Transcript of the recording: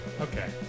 Okay